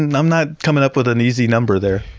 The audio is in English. and i'm not coming up with an easy number there.